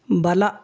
ಬಲ